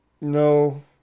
no